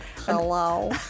Hello